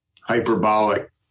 hyperbolic